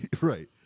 Right